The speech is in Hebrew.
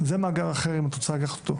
זה מאגר אחר, אם את רוצה לקחת אותו.